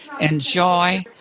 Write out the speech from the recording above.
enjoy